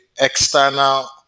external